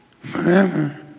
forever